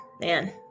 man